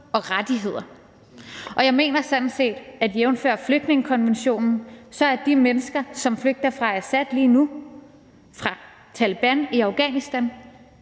og rettigheder. Og jeg mener sådan set, jævnfør flygtningekonventionen, at de mennesker, der lige nu flygter fra Assad og fra Taleban i Afghanistan,